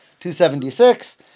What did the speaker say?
276